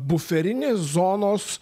buferinės zonos